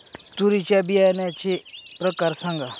तूरीच्या बियाण्याचे प्रकार सांगा